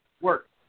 work